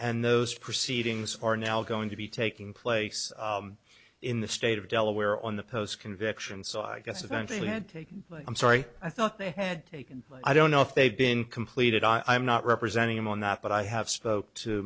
and those proceedings are now going to be taking place in the state of delaware on the post conviction so i guess eventually had taken i'm sorry i thought they had taken i don't know if they've been completed i'm not representing him on that but i have spoke to